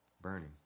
burning